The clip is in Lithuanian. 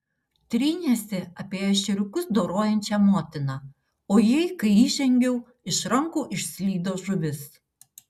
trynėsi apie ešeriukus dorojančią motiną o jai kai įžengiau iš rankų išslydo žuvis